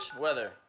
weather